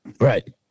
Right